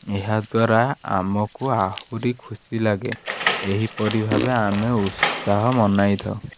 ଏହାଦ୍ୱାରା ଆମକୁ ଆହୁରି ଖୁସି ଲାଗେ ଏହିପରି ଭାବେ ଆମେ ଉତ୍ସାହ ମନାଇଥାଉ